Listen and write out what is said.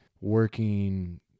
working